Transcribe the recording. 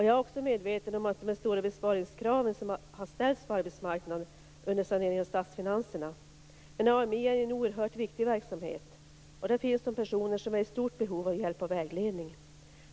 Jag är också medveten om de stora besparingskrav som har ställts på arbetsmarknaden under saneringen av statsfinanserna. Men AMI är en oerhört viktig verksamhet. Och där finns de personer som är i stort behov av hjälp och vägledning.